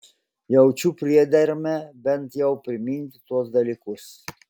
jaučiu priedermę bent jau priminti tuos dalykus